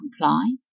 comply